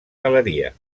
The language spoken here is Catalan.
galeria